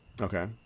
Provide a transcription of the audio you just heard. Okay